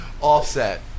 Offset